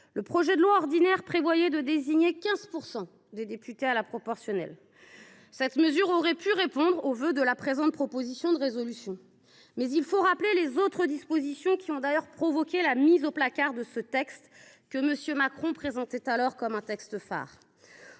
Le projet de loi ordinaire prévoyait de désigner 15 % des députés à la proportionnelle. Une telle disposition aurait pu répondre au vœu qui a présidé à la présente proposition de résolution. Il faut toutefois rappeler les autres dispositions, qui ont d’ailleurs provoqué la mise au placard de ce texte que M. Macron présentait alors comme un texte phare